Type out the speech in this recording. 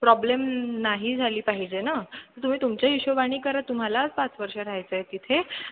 problem नाही झाली पाहिजे ना तर तुम्ही तुमच्या हिशोबानी करा तुम्हाला पाच वर्ष राहायचं आहे तिथे